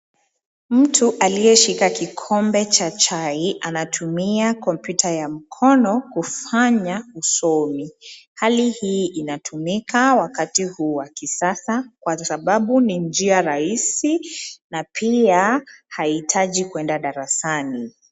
Mtu aliyeshika kikombe cha chai anatumia kompyuta ya mkono kufanya usomi. Hali hii inatumika wakati huu wa kisasa kwa sababu ni njia rahisi na pia haihitaji kuenda darasani.